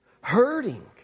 Hurting